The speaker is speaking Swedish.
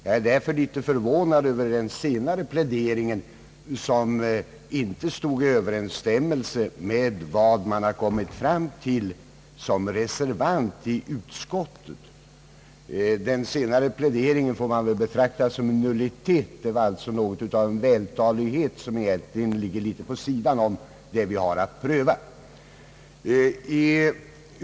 Jag är därför litet förvånad över den senare pläderingen, som inte står i överensstämmelse med reservationen. Men man får väl betrakta pläderingen här som en nullitet, alltså något av en vältalighet som egentligen ligger litet vid sidan om det vi har att pröva.